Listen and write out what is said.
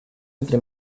entre